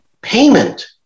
payment